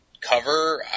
cover